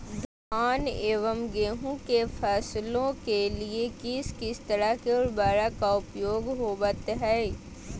धान एवं गेहूं के फसलों के लिए किस किस तरह के उर्वरक का उपयोग होवत है?